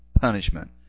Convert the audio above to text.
punishment